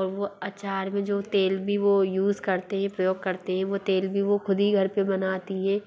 और वो अचार में जो तेल भी वो यूज़ करते हें प्रयोग करते हें वो तेल भी वो ख़ुद ही घर पर बनाती हैं